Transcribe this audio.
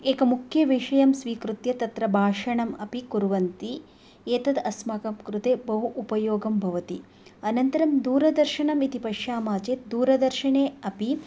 एकं मुख्यविषयं स्वीकृत्य तत्र भाषणम् अपि कुर्वन्ति एतद् अस्माकं कृते बहु उपयोगं भवति अनन्तरं दूरदर्शनमिति पश्यामः चेत् दूरदर्शने अपि